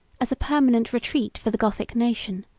as a permanent retreat for the gothic nation,